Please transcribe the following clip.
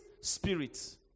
spirit